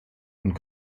und